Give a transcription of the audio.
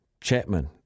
Chapman